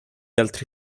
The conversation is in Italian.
altri